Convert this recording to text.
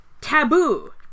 taboo